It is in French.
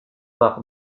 par